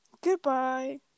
Goodbye